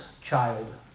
child